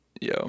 yo